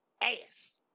ass